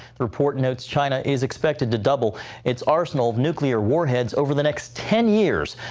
the report notes china is expected to double its arsenal of nuclear warheads over the next ten years.